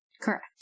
Correct